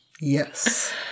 Yes